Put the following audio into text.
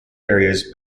areas